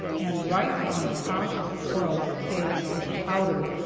and right on top of twelve kegs of powder.